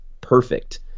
perfect